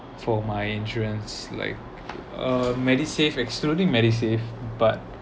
for my insurance like uh MediSave excluding MediSave but